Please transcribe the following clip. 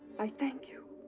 i thank you.